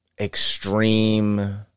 extreme